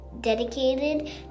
dedicated